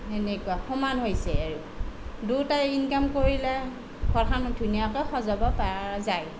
এনেকুৱা সমান হৈছে আৰু দুয়োটাই ইনকাম কৰিলে ঘৰখন ধুনীয়াকৈ সজাব পৰা যায়